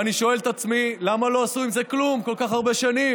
ואני שואל את עצמי: למה לא עשו עם זה כלום כל כך הרבה שנים?